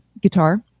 guitar